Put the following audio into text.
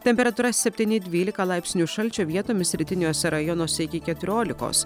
temperatūra septyni dvylika laipsnių šalčio vietomis rytiniuose rajonuose iki keturiolikos